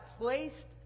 placed